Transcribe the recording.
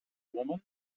woman